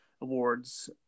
awards